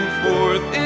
forth